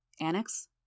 Annex